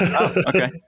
okay